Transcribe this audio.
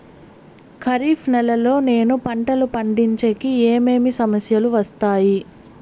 ఖరీఫ్ నెలలో నేను పంటలు పండించేకి ఏమేమి సమస్యలు వస్తాయి?